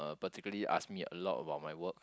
particularly ask me a lot about my work